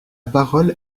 parole